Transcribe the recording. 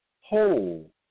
whole